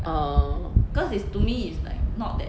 orh